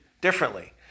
differently